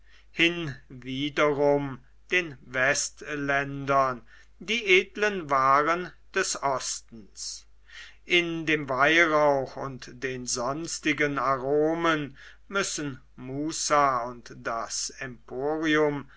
hinwiederum den westländern die edlen waren des ostens in dem weihrauch und den sonstigen aromen müssen muza und das